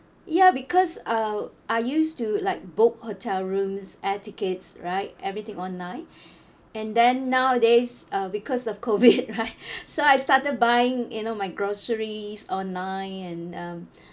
ya because uh I used to like book hotel rooms air tickets right everything online and then nowadays uh because of COVID right so I started buying you know my groceries online and um